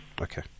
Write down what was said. okay